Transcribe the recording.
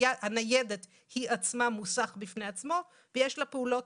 הניידת היא עצמה מוסך בפני עצמו ויש לה פעולות